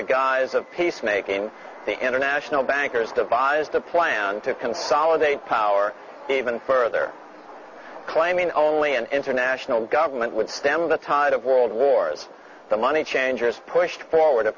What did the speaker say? the guise of peacemaking the international bankers devised a plan to consolidate power even further claiming only an international government would stem the tide of world wars the money changers pushed forward a